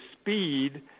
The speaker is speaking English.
speed